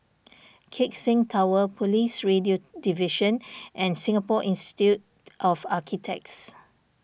Keck Seng Tower Police Radio Division and Singapore Institute of Architects